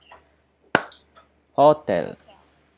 hotel